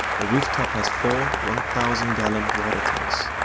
ah rooftop has four one thousand gallon water tanks,